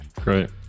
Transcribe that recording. Great